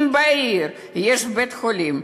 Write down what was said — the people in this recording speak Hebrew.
אם בעיר יש בית-חולים,